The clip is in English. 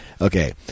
Okay